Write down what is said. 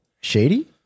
Shady